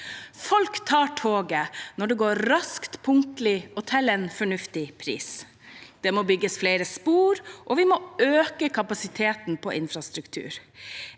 Folk tar toget når det går raskt, punktlig og har en fornuftig pris. Det må bygges flere spor, og vi må øke kapasiteten i infrastrukturen.